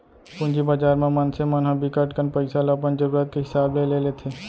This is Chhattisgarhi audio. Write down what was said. पूंजी बजार म मनसे मन ह बिकट कन पइसा ल अपन जरूरत के हिसाब ले लेथे